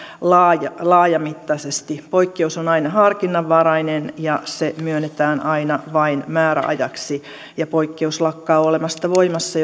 laajamittaisesti poikkeus on aina harkinnanvarainen ja se myönnetään aina vain määräajaksi ja poikkeus lakkaa olemasta voimassa